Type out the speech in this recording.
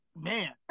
man